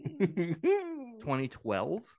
2012